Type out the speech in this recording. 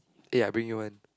ya I bring you one